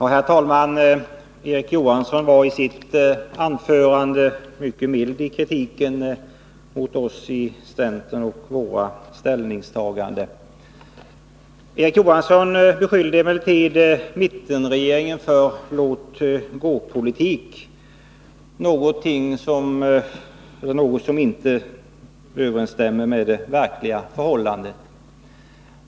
Herr talman! Erik Johansson var i sitt anförande mycket mild i kritiken mot oss i centern och våra ställningstaganden. Erik Johansson beskyllde emellertid mittenregeringen för låt-gå-politik, något som inte överensstämmer med det verkliga förhållandet.